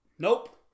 Nope